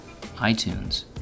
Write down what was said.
iTunes